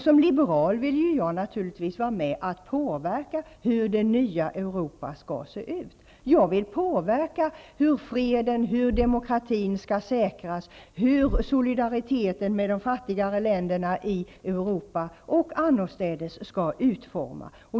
Som liberal vill jag naturligtvis vara med och påverka hur det nya Europa skall se ut. Jag vill påverka hur freden och demokratin skall säkras och hur solidariteten med de fattigare länderna i Europa och annorstädes skall utformas.